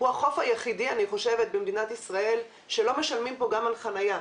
אני חושבת שהוא החוף היחידי במדינת ישראל שלא משלמים בו גם על חניה.